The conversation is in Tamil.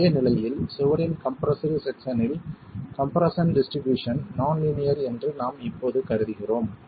அதே நிலையில் சுவரின் கம்ப்ரெஸ்ஸடு செக்சனில் கம்ப்ரெஸ்ஸன் டிஸ்ட்ரிபியூஷன் நான் லீனியர் என்று நாம் இப்போது கருதுகிறோம்